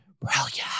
Brilliant